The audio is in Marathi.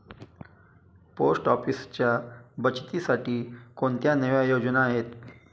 पोस्ट ऑफिसच्या बचतीसाठी कोणत्या नव्या योजना आहेत?